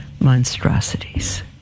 monstrosities